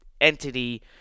Entity